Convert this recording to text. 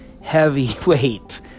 heavyweight